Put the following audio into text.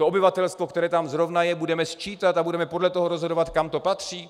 Obyvatelstvo, které tam zrovna je, budeme sčítat a budeme podle toho rozhodovat, kam to patří?